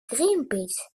greenpeace